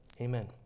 Amen